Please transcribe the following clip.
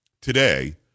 today